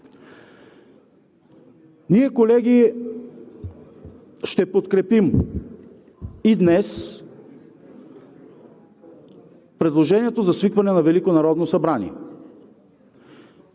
Колеги, ще подкрепим и днес предложението за свикване на